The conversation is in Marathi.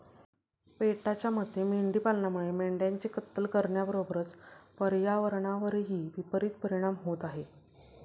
पेटाच्या मते मेंढी पालनामुळे मेंढ्यांची कत्तल करण्याबरोबरच पर्यावरणावरही विपरित परिणाम होत आहे